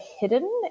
hidden